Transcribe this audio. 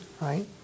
Right